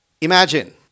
Imagine